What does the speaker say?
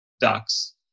ducks